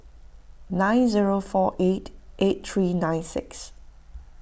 nine zero four eight eight three nine six